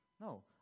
No